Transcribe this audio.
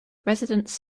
residents